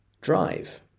drive